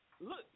look